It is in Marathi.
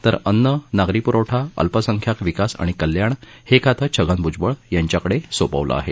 तर अन्न नागरी प्रवठा अल्पसंख्याक विकास आणि कल्याण हे खातं छगन भूजबळ यांच्याकडे सोपवलं आहे